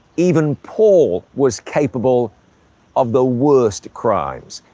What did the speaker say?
even paul was capable of the worst crimes.